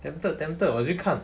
tempted tempted 我去看